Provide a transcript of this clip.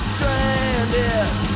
Stranded